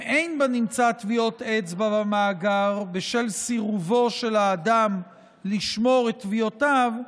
אם אין בנמצא טביעות אצבע במאגר בשל סירובו של האדם לשמור את טביעותיו,